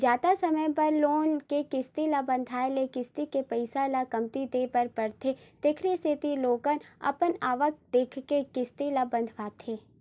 जादा समे बर लोन के किस्ती ल बंधाए ले किस्ती के पइसा ल कमती देय बर परथे एखरे सेती लोगन अपन आवक ल देखके किस्ती ल बंधवाथे